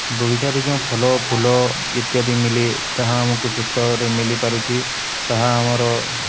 ବଗିଚାରେ ଯେଉଁ ଫଲ ଫୁଲ ଇତ୍ୟାଦି ମିଲେ ତାହା ଆମକୁ ସୁସ୍ଥରେ ମିଲିପାରୁଛି ତାହା ଆମର